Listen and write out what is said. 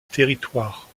territoire